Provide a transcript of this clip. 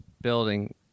building